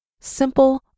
simple